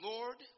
Lord